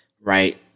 right